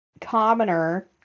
commoner